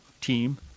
team